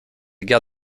guerre